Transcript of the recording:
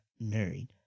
married